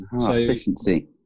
efficiency